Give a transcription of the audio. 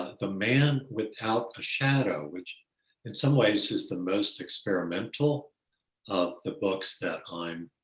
the man without a shadow which in some ways is the most experimental of the books that i'm